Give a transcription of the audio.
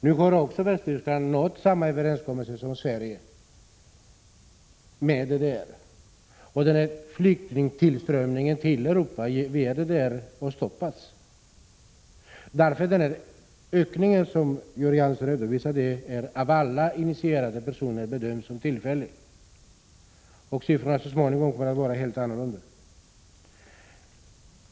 Nu har också Västtyskland med DDR träffat samma överenskommelse som Sverige, och flyktingtillströmningen till Europa via DDR har stoppats. Den ökning som Georg Andersson redovisade bedöms därför av alla initierade personer som tillfällig. Siffrorna kommer så småningom att vara helt annorlunda.